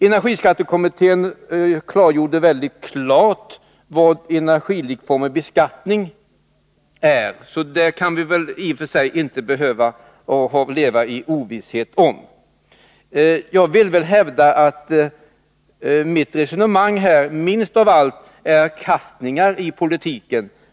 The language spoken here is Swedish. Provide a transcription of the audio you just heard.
Energiskattekommittén klargjorde vad energilikformig beskattning är, så det kan vi inte behöva leva i ovisshet om. Jag vill hävda att mitt resonemang här minst av allt innebär kastningar i politiken.